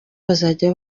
bazajya